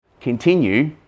continue